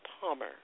Palmer